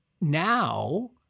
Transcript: now